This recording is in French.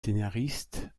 scénariste